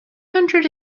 hundred